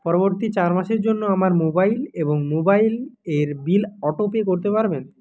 পরবর্তী চার মাসের জন্য আমার মোবাইল এবং মোবাইল এর বিল অটোপে করতে পারবেন